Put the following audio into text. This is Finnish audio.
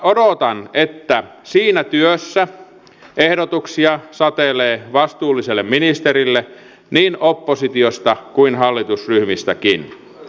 odotan että siitä työstä ehdotuksia satelee vastuulliselle ministerille niin oppositiosta kuin hallitusryhmistäkin